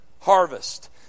harvest